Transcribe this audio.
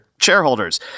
shareholders